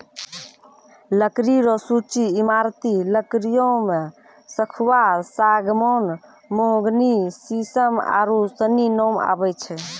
लकड़ी रो सूची ईमारती लकड़ियो मे सखूआ, सागमान, मोहगनी, सिसम आरू सनी नाम आबै छै